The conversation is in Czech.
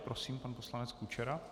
Prosím, pan poslanec Kučera.